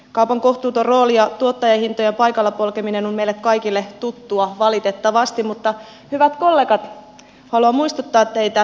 kaupan kohtuuton rooli ja tuottajahintojen paikallaan polkeminen on meille kaikille tuttua valitettavasti mutta hyvät kollegat haluan muistuttaa teitä